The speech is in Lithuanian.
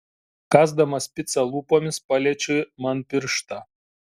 kąsdamas picą lūpomis paliečia man pirštą